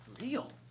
real